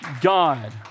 God